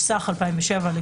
התשס"ח 2007‏,